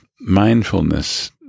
mindfulness